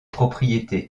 propriétés